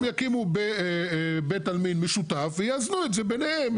הם יקימו בית עלמין משותף ויאזנו את זה ביניהם,